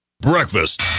breakfast